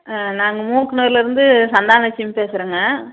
ஆ நாங்கள் மூக்கனூர்லேருந்து சந்தானலட்சுமி பேசுகிறேங்க